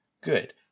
good